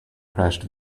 crashed